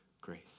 grace